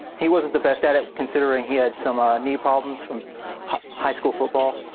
he wasn't the best at it considering he had some ah knee problems from high school football,